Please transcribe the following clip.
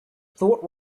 thought